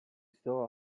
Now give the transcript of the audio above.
steal